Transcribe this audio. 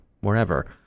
wherever